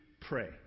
pray